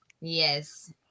Yes